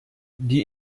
die